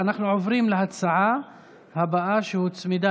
חבר הכנסת אוסאמה סעדי,